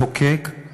למחוקק